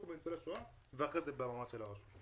קודם כל בניצולי השואה ואחר כך ברמה של הרשות.